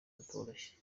katoroshye